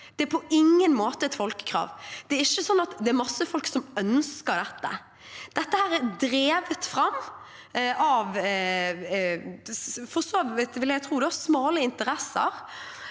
Det på ingen måte et folkekrav. Det ikke sånn at det er en masse folk som ønsker dette. Det er drevet fram av for så vidt smale interesser,